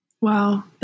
Wow